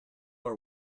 are